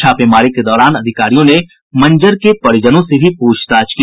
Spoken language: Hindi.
छापेमारी के दौरान अधिकारियों ने मंजर के परिजनों से भी पूछताछ की